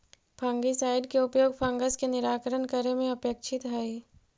fungicide के उपयोग fungus के निराकरण करे में अपेक्षित हई